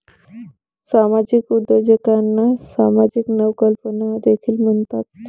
सामाजिक उद्योजकांना सामाजिक नवकल्पना देखील म्हणतात